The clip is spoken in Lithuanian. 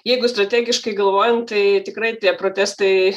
jeigu strategiškai galvojant tai tikrai tie protestai